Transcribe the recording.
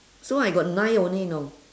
so I got nine only you know